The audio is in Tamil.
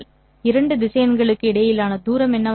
இரண்டு திசையன்களுக்கு இடையிலான தூரம் என்னவாக இருக்கும்